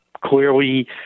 Clearly